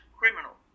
criminal